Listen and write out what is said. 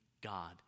God